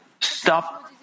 stop